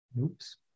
Oops